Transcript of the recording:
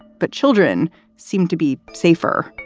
but children seemed to be safer.